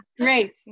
Great